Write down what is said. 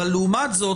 אבל לעומת זאת,